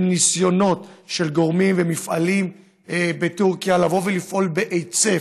ניסיונות של גורמים ומפעלים בטורקיה לבוא ולפעול בהיצף,